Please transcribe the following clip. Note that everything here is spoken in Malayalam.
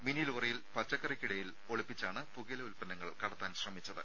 മിനിലോറിയിൽ പച്ചക്കറികൾക്കിടയിൽ ഒളിപ്പിച്ചാണ് പുകയില ഉല്പന്നങ്ങൾ കടത്താൻ ശ്രമിച്ചത്